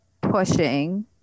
pushing